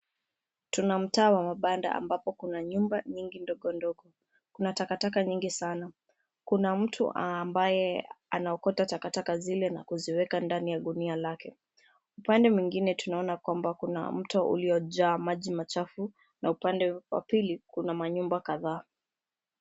Tuna mtaa wa mabanda ambapo kuna nyumba nyingi ndogo ndogo, kuna takataka nyingi sana. Kuna mtu ambaye anaokota takataka zile na kuziweka ndani ya gunia lake. Upande mwingine tunaona kuna mto uliyojaa maji machafu na upande wa pili kuna manyumba kadhaa.